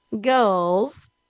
goals